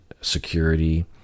security